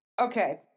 Okay